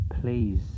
Please